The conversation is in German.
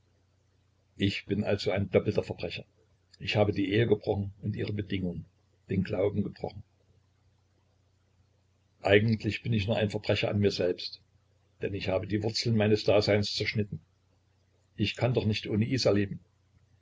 also bin ich ein doppelter verbrecher ich habe die ehe gebrochen und ihre bedingung den glauben gebrochen eigentlich bin ich nur ein verbrecher an mir selbst denn ich habe die wurzeln meines daseins zerschnitten ich kann doch nicht ohne isa leben